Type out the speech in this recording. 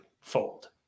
fold